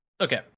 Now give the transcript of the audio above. Okay